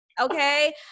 Okay